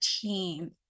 team